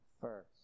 first